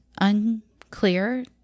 unclear